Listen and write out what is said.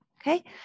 okay